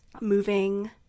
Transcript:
moving